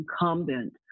incumbent